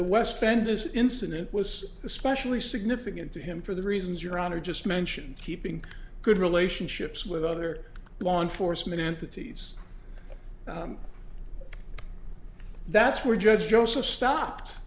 the west bend this incident was especially significant to him for the reasons your honor just mentioned keeping good relationships with other law enforcement entities that's where judge joseph stop